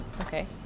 okay